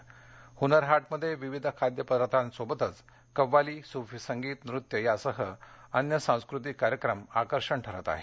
हुनर हाटमध्ये विविध खाद्यपदार्थांसोबतच कव्वाली सूफी संगीत नृत्य यांसह अन्य सांस्कृतिक कार्यक्रम आकर्षण ठरत आहेत